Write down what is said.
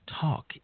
Talk